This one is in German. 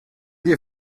dir